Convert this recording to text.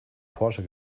porsche